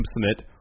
submit